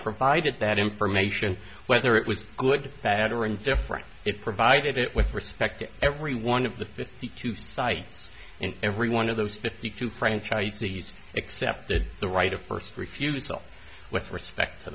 provided that information whether it was good bad or indifferent it provided it with respect to every one of the fifty two sites in every one of those fifty two franchise the accepted the right of first refusal with respect to